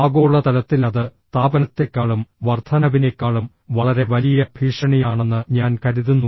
ആഗോളതലത്തിൽ അത് താപനത്തേക്കാളും വർദ്ധനവിനേക്കാളും വളരെ വലിയ ഭീഷണിയാണെന്ന് ഞാൻ കരുതുന്നു